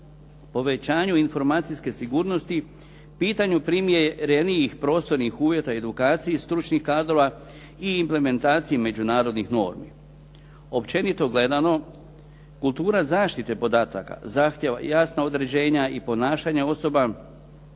povećanju informacijske sigurnosti, pitanju primjerenijih prostornih uvjeta u edukaciji stručnih kadrova i implementaciji međunarodnih normi. Općenito gledano kultura zaštite podataka zahtijeva jasna određena i ponašanja osoba